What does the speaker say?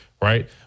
Right